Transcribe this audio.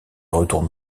retourne